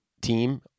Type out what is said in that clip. team